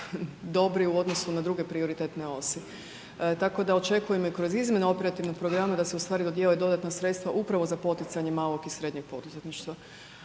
dobri u odnosu na druge prioritetne .../Govornik se ne razumije./... Tako da očekujem i kroz izmjene operativnog programa da se u stvari dodijele dodatna sredstva upravo za poticanje malog i srednjeg poduzetništva.